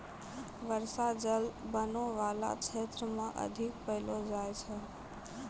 बर्षा जल बनो बाला क्षेत्र म अधिक पैलो जाय छै